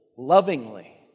lovingly